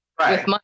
right